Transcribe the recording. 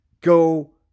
Go